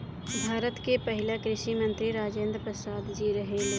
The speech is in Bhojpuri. भारत के पहिला कृषि मंत्री राजेंद्र प्रसाद जी रहले